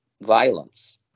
violence